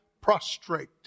prostrate